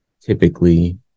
typically